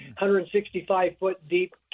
165-foot-deep